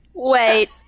Wait